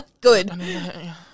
Good